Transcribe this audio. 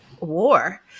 war